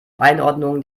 einordnung